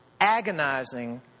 agonizing